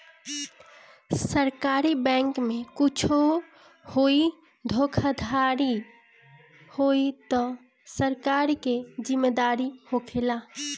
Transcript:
सरकारी बैंके में कुच्छो होई धोखाधड़ी होई तअ सरकार के जिम्मेदारी होखेला